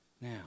Now